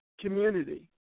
community